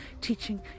teaching